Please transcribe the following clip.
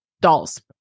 Dolls